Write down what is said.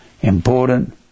important